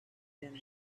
than